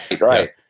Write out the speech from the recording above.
Right